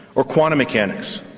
or quantum mechanics.